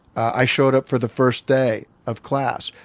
i showed up for the first day of class.